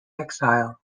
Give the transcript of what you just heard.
exile